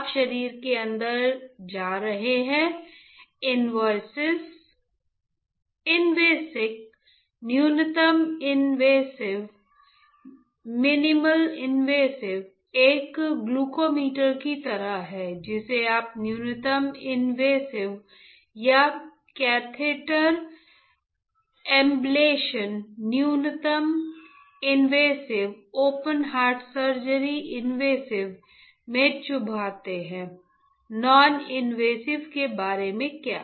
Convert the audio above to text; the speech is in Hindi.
आप शरीर के अंदर जा रहे हैं इनवेसिव न्यूनतम इनवेसिव मिनिमली इनवेसिव एक ग्लूकोमीटर की तरह है जिसे आप न्यूनतम इनवेसिव या कैथेटर एब्लेशन न्यूनतम invasive open heart surgery invasive में चुभते हैं नॉन इनवेसिव के बारे में क्या